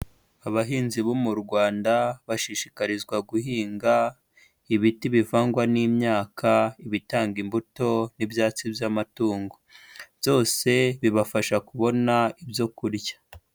Abahinzi bo mu Rwanda bashishikarizwa guhinga ibiti bivangwa n'imyaka, ibitanga imbuto n'ibyatsi by'amatungo. Byose bibafasha kubona ibyo kurya.